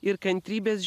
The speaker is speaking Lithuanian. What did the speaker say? ir kantrybės